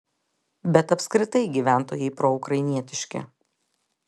bet apskritai gyventojai proukrainietiški